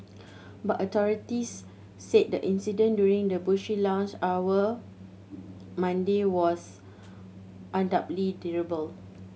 but authorities said the incident during the bush lunch hour Monday was undoubtedly